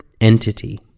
entity